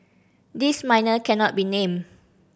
the minor cannot be named